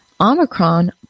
Omicron